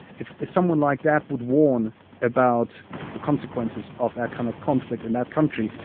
if if someone like that would warn about the consequences of that kind of conflict in that country,